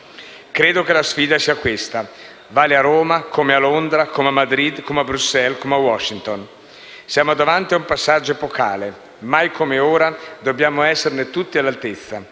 Credo che la sfida sia questa e vale a Roma, come a Londra, come a Madrid, come a Bruxelles, come a Washington. Siamo davanti a un passaggio epocale. Mai come ora dobbiamo esserne tutti all'altezza.